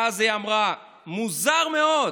ואז היא אמרה: מוזר מאוד,